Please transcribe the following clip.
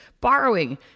borrowing